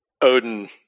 Odin